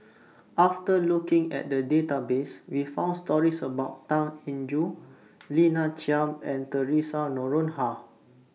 after looking At The Database We found stories about Tan Eng Joo Lina Chiam and Theresa Noronha